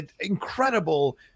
incredible